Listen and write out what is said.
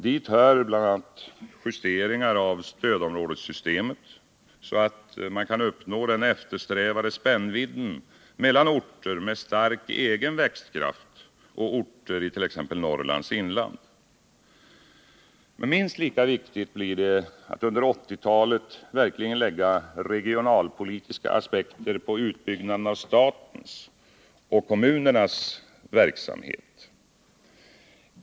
Dit hör bl.a. justeringar av stödområdessystemet, så att man får den eftersträvade spännvidden mellan orter med stark egen växtkraft och orter i t.ex. Norrlands inland. Minst lika viktigt blir emellertid att under 1980-talet verkligen anlägga regionalpolitiska aspekter på utbyggnaden av statens och kommunernas verksamhet.